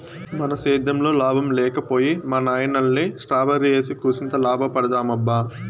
మన సేద్దెంలో లాభం లేక పోయే మా నాయనల్లె స్ట్రాబెర్రీ ఏసి కూసింత లాభపడదామబ్బా